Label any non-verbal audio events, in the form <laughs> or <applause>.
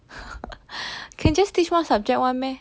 <laughs> can just teach one subject [one] meh